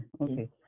Okay